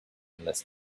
unless